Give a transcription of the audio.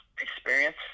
experience